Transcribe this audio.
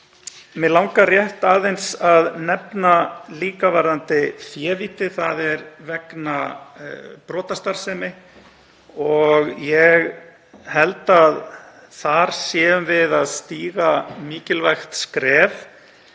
Mig langar rétt aðeins að nefna líka varðandi févíti, þ.e. vegna brotastarfsemi. Ég held að þar séum við að stíga mikilvægt skref.